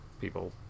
people